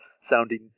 sounding